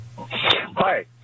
Hi